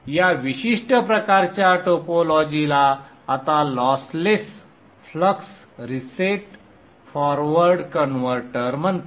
या विशिष्ट प्रकारच्या टोपोलॉजी ला आता lossless flux reset forward converter म्हणतात